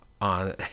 on